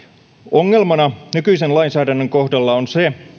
ongelmana nykyisen lainsäädännön kohdalla on se